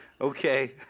Okay